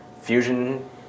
Fusion